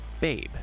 Babe